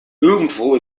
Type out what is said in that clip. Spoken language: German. irgendwo